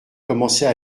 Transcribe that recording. commençait